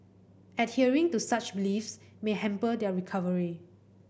adhering to such beliefs may hamper their recovery